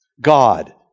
God